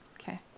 Okay